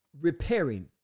repairing